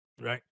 right